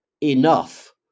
enough